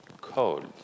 cold